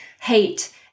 hate